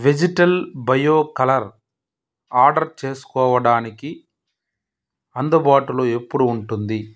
vegetal bio colour order చేసుకోవడానికి అందుబాటులో ఎప్పుడు ఉంటుంది